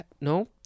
no